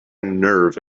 nerve